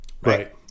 Right